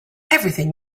everything